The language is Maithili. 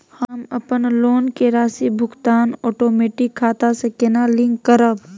हम अपन लोन के राशि भुगतान ओटोमेटिक खाता से केना लिंक करब?